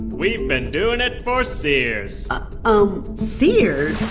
we've been doing it for sears um sears?